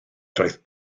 roedd